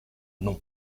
nom